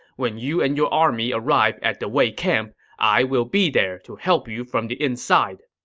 when you and your army arrive at the wei camp, i will be there to help you from the inside.